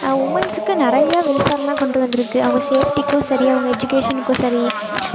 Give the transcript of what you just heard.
உமன்ஸுக்கு நிறைய வெல்ஃபேர்லாம் கொண்டு வந்திருக்கு அவங்க சேஃப்டிக்கும் சரி அவங்க எஜுகேஷனுக்கும் சரி